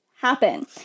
happen